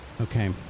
Okay